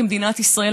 כמדינת ישראל,